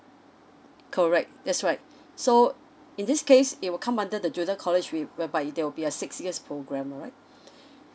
correct that's right so in this case it will come under the junior college we whereby there will be a six years programme alright